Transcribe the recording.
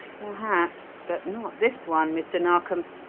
perhaps but not this one, mr. narkom,